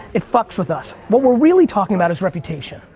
it fucks with us. what we're really talking about is reputation.